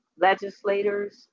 legislators